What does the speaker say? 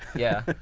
yeah,